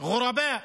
(אומר בערבית: